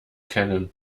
kennen